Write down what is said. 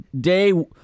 day